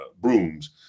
brooms